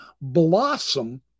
blossom